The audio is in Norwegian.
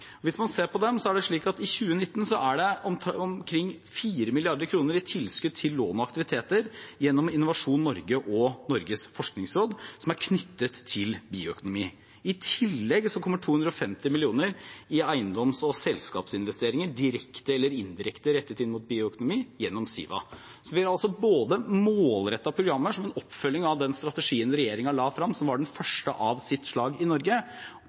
Hvis man ser på dem, er det i 2019 omkring 4 mrd. kr i tilskudd til lån og aktiviteter gjennom Innovasjon Norge og Norges forskningsråd som er knyttet til bioøkonomi. I tillegg kommer 250 mill. kr i eiendoms- og selskapsinvesteringer direkte eller indirekte rettet inn mot bioøkonomi gjennom Siva. Vi har altså både målrettede programmer som en oppfølging av den strategien regjeringen la frem, og som var den første av sitt slag i Norge,